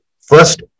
first